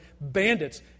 bandits